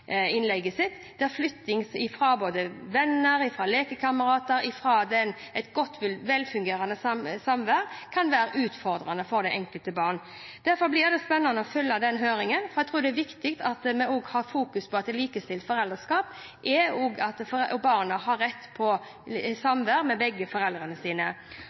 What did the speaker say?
innlegget sitt. Flytting fra venner, fra lekekamerater, fra et godt, velfungerende samvær kan være utfordrende for det enkelte barn. Derfor blir det spennende å følge den høringen. Jeg tror det er viktig at vi også fokuserer på likestilt foreldreskap, og at barna har rett på samvær med begge foreldrene sine.